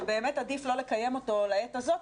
שבאמת עדיף לא לקיים אותו לעת הזאת,